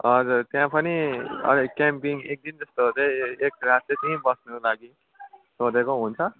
हजुर त्यहाँ पनि क्याम्पिङ एकदिन जस्तो चाहिँ एक रात चाहिँ त्यहीँ बस्नुको लागि सोधेको हुन्छ